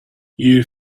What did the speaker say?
you